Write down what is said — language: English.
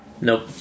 Nope